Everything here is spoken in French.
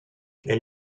elles